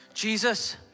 Jesus